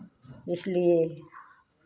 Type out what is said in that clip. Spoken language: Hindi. इसलिए